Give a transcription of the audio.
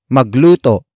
Magluto